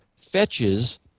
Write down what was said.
fetches